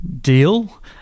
deal